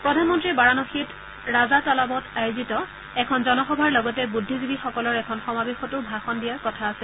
প্ৰধানমন্ত্ৰীয়ে বাৰাণসীত ৰাজা তালাবত আয়োজিত এখন জনসভাৰ লগতে বুদ্ধিজীৱীসকলৰ এটা সমাৱেশতো ভাষণ দিয়াৰ কথা আছে